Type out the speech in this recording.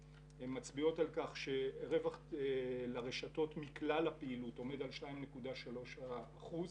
- שרווח לרשתות מכלל הפעילות עומד על 2.3 אחוזים.